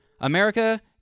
America